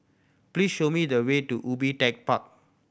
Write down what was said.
please show me the way to Ubi Tech Park